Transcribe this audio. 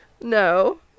No